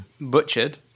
butchered